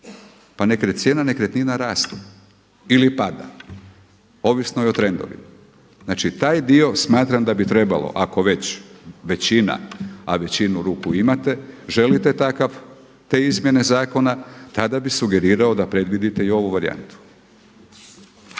Pa cijene nekretnina rastu ili pada, ovisno je o trendovima. Znači taj dio smatram da bi trebalo ako već većina, a većinu ruku imate želite takav, te izmjene zakona tada bih sugerirao da predvidite i ovu varijantu.